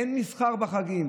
אין מסחר בחגים,